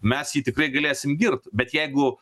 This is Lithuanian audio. mes jį tikrai galėsim girt bet jeigu